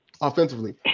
offensively